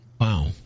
wow